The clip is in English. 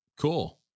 Cool